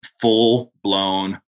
full-blown